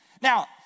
now